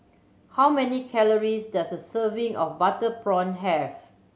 how many calories does a serving of butter prawn have